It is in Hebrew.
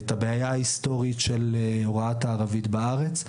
את הבעיה ההיסטורית של הוראת הערבית בארץ.